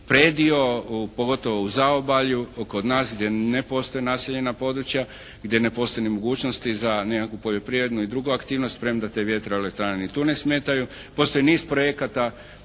predio pogotovo u zaobalju kod nas gdje ne postoje naseljena područja. Gdje ne postoje ni mogućnosti za nikakvu poljoprivrednu i drugu aktivnost premda te vjetroelektrane ni tu ne smetaju. Postoji niz projekata